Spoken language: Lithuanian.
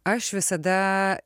aš visada